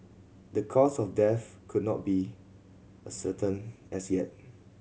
the cause of death could not be ascertained as yet